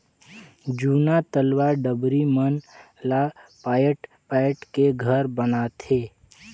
जूना तलवा डबरी मन ला पायट पायट के घर बनाथे